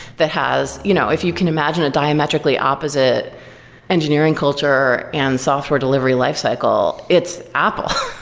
that has you know if you can imagine a diametrically opposite engineering culture and software delivery lifecycle, it's apple,